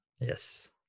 yes